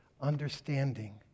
understanding